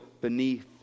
beneath